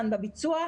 בביצוע,